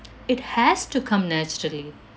it has to come naturally